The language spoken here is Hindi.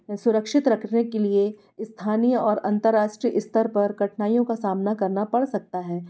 सुरक्षित रखने के लिए स्थानीय और अंतरराष्ट्रीय स्तर पर कठिनाइयों का सामना करना पड़ सकता है